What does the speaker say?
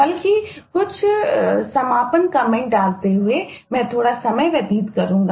बल्कि कुछ समापन कमेंट डालते हुए मैं थोड़ा समय व्यतीत करूँगा